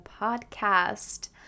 podcast